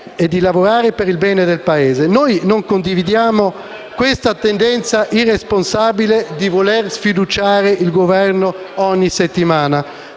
di lavorare per il bene del Paese. Noi non condividiamo questa tendenza irresponsabile di voler sfiduciare il Governo ogni settimana.